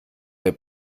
der